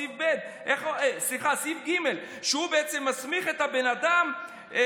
סעיף ג' מסמיך את הבן אדם,